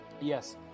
Yes